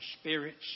spirits